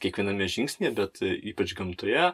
kiekviename žingsnyje bet ypač gamtoje